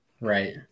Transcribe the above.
Right